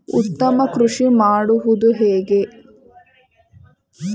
ಉತ್ತಮ ಕೃಷಿ ಮಾಡುವುದು ಹೇಗೆ?